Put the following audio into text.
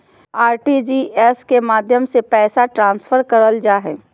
RTGS के माध्यम से पैसा ट्रांसफर करल जा हय